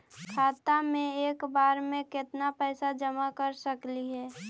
खाता मे एक बार मे केत्ना पैसा जमा कर सकली हे?